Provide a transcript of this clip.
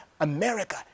America